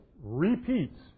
repeats